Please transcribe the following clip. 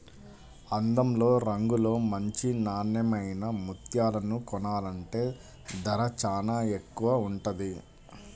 అందంలో, రంగులో మంచి నాన్నెమైన ముత్యాలను కొనాలంటే ధర చానా ఎక్కువగా ఉంటది